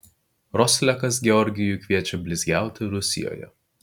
roslekas georgijų kviečia blizgiauti rusijoje